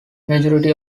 majority